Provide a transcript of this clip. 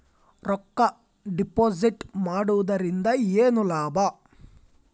ರೊಕ್ಕ ಡಿಪಾಸಿಟ್ ಮಾಡುವುದರಿಂದ ಏನ್ ಲಾಭ?